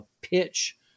pitch